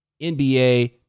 NBA